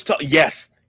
Yes